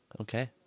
Okay